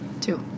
Two